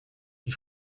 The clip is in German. die